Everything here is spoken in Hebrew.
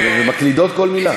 והן מקלידות כל מילה.